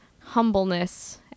humbleness